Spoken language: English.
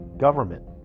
government